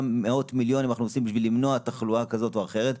מאות מיליונים אנחנו מוציאים בשביל למנוע תחלואה כזאת או אחרת?